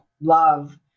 love